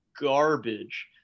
garbage